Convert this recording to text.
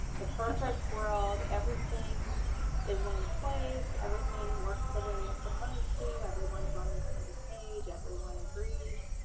the perfect world. everything is in place. everything works the way it's supposed to. everyone's on the same page. everyone agrees.